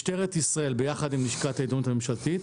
משטרת ישראל, ביחד עם לשכת העיתונות הממשלתית,